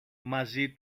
μαζί